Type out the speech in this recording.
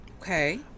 Okay